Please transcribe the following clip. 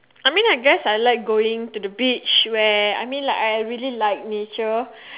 I mean I guess I like going to the beach where I mean like I really like nature